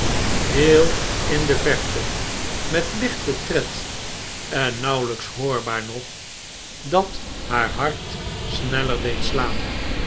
heel in de verte met lichten tred en nauwelijks hoorbaar nog dat haar hartsneller deed slaan